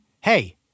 hey